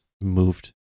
moved